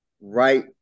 right